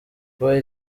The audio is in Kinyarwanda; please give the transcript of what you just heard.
kubaho